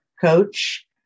coach